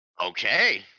Okay